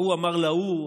ההוא אמר להוא,